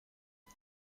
ont